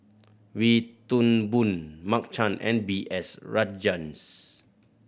Wee Toon Boon Mark Chan and B S Rajhans